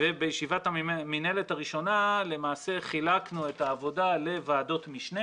ובישיבת המינהלת הראשונה למעשה חילקנו את העבודה לוועדות משנה